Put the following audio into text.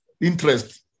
interest